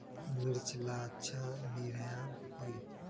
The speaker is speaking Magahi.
मिर्च ला अच्छा निरैया होई?